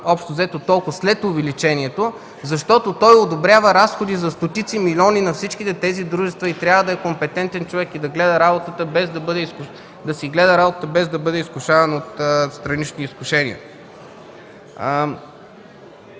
общо взето толкова след увеличението, защото той одобрява разходи за стотици милиони на всички тези дружества. Човек трябва да е компетентен и да си гледа работата, без да бъде изкушаван от странични изкушения.